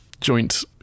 joint